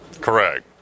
Correct